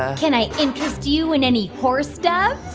can i interest you in any horse doves?